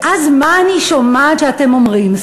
ואז, מה אני שומעת שאתם אומרים?